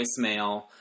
voicemail